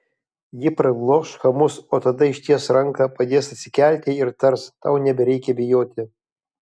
ji parblokš chamus o tada išties ranką padės atsikelti ir tars tau nebereikia bijoti